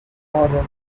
inheritance